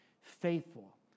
Faithful